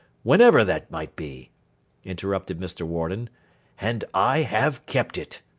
whenever that might be interrupted mr. warden and i have kept it